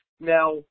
Now